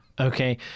Okay